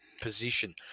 position